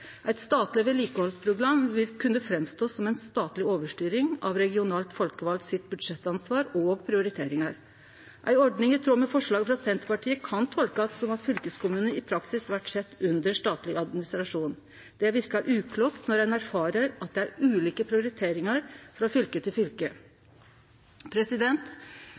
Eit statleg vedlikehaldsprogram vil kunne stå fram som ei statleg overstyring av budsjettansvaret og prioriteringane til dei regionalt folkevalde. Ei ordning i tråd med forslaget frå Senterpartiet kan tolkast som at fylkeskommunane i praksis blir sett under statleg administrasjon. Det verkar uklokt når ein erfarer at det er ulike prioriteringar frå fylke til fylke.